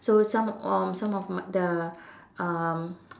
so some of some of my the um